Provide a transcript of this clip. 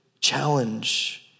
challenge